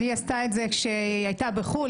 לי היא עשתה את זה כשהיא הייתה בחו"ל,